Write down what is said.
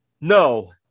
No